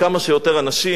אבל כאן יש לומר,